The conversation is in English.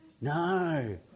No